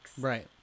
right